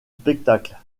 spectacle